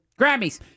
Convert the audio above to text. Grammys